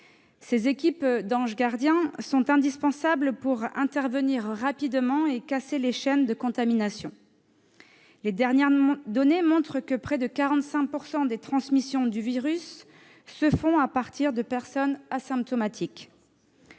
Ces équipes d'anges gardiens sont indispensables pour intervenir rapidement et casser les chaînes de contamination. Les dernières données le prouvent : près de 45 % des transmissions du virus se font à partir de personnes asymptomatiques.